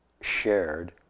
shared